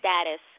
status